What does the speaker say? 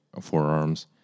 forearms